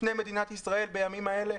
בפני מדינת ישראל בימים האלה.